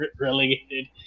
relegated